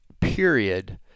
period